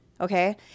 okay